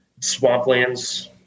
Swamplands